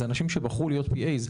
אלה אנשים שבחרו להיות PA,